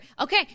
Okay